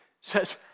says